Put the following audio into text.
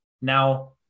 Now